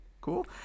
cool